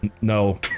No